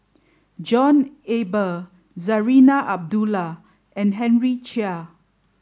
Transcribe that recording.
John Eber Zarinah Abdullah and Henry Chia